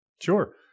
Sure